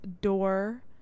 door